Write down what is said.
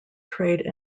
trade